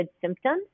symptoms